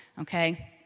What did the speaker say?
okay